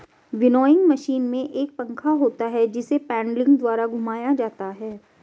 winnowing machine में एक पंखा होता है जिसे पेडलिंग द्वारा घुमाया जाता है